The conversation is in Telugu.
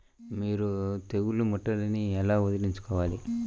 మీరు తెగులు ముట్టడిని ఎలా వదిలించుకోవాలి?